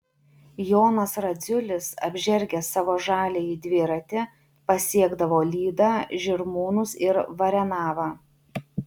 jonas radziulis apžergęs savo žaliąjį dviratį pasiekdavo lydą žirmūnus ir varenavą